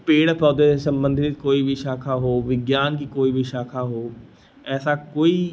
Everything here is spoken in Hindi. पेड़ पौधे से सम्बन्धित कोई भी शाखा हो विज्ञान की कोई भी शाखा हो ऐसा कोई